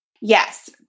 Yes